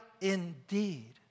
indeed